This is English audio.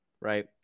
Right